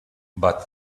but